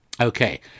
Okay